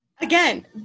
Again